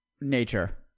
nature